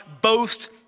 boast